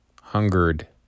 hungered